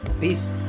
Peace